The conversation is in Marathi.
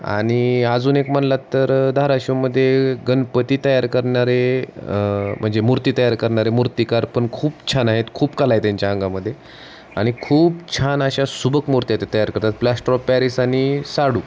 आणि अजून एक म्हणालात तर धाराशिवमध्ये गणपती तयार करणारे म्हणजे मूर्ती तयार करणारे मूर्तिकार पण खूप छान आहेत खूप कला आहे त्यांच्या अंगामध्ये आणि खूप छान अशा सुबक मूर्त्या ते तयार करतात प्लॅस्टर ऑफ पॅरिस आणि शाडू